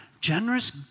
Generous